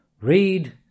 read